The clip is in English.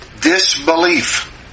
disbelief